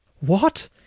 What